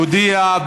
יודיע,